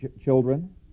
children